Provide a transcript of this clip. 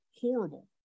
horrible